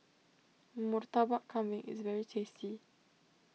Murtabak Kambing is very tasty